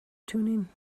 tuning